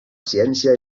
ciència